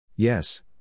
Yes